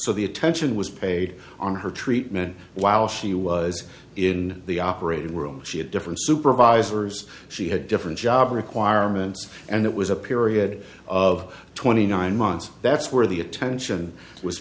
so the attention was paid on her treatment while she was in the operating room she had different supervisors she had different job requirements and it was a period of twenty nine months that's where the attention w